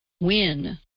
win